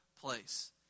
place